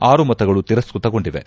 ಆರು ಮತಗಳು ತಿರಸ್ಗತಗೊಂಡಿವೆ